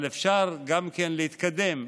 אבל אפשר גם להתקדם,